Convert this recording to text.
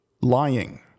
lying